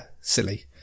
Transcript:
silly